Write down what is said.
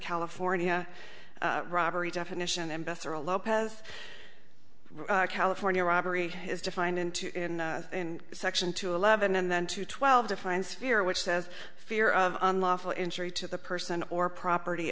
california robbery definition investor a lopez california robbery is defined in two in in section two eleven and then to twelve defines fear which says fear of unlawful injury to the person or property